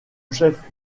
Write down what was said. chef